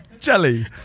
Jelly